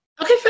Okay